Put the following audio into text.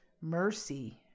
Mercy